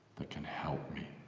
that can help me,